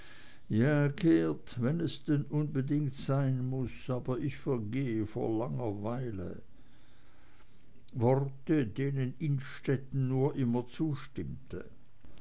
ja geert wenn es durchaus sein muß aber ich vergehe vor langeweile worte denen innstetten nur immer zustimmte